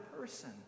person